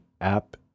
app